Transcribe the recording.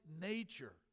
nature